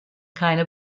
keine